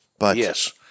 Yes